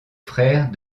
frère